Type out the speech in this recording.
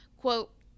Quote